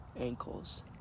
Ankles